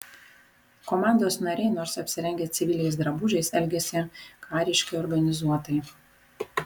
komandos nariai nors apsirengę civiliais drabužiais elgėsi kariškai organizuotai